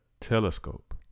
telescope